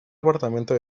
apartamento